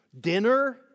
Dinner